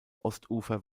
ostufer